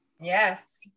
Yes